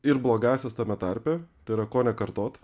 ir blogąsias tame tarpe tai yra ko nekartot